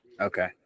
Okay